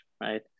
right